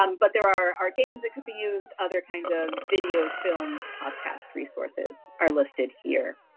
um but there are are games that could be used. other kinds of videos, film, podcast resources are listed here.